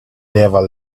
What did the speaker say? never